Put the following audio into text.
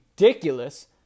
ridiculous